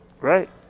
Right